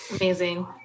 Amazing